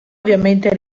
ovviamente